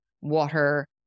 water